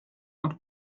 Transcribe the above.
und